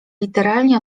literalnie